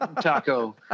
Taco